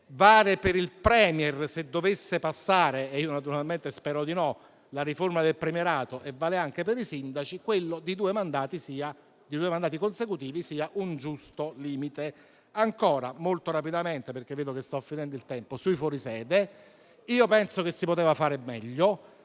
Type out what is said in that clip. vale per il *Premier*, se dovesse passare - naturalmente spero di no - la riforma del premierato e vale per i sindaci, quello di due mandati consecutivi sia un giusto limite. Ancora, molto rapidamente, perché vedo che sto finendo il tempo, sui fuori sede penso che si potesse fare meglio.